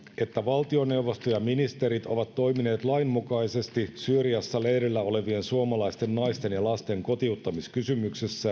että valtioneuvosto ja ministerit ovat toimineet lainmukaisesti syyriassa leirillä olevien suomalaisten naisten ja lasten kotiuttamiskysymyksessä